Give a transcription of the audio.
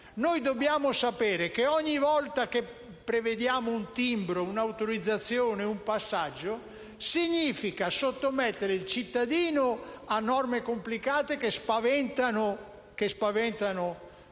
Dobbiamo sapere che ogni volta che si prevede un timbro, un'autorizzazione, un passaggio, si sottomette il cittadino a norme complicate che spaventano gli stranieri